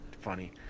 funny